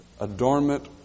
adornment